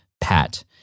pat